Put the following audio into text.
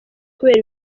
kubera